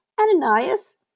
Ananias